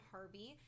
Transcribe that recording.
Harvey